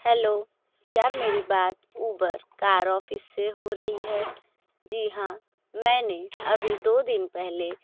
hello क्या मेरी बात उबर कार ऑफिस से हो रही है जी हाँ मैंने अभी दो दिन पहले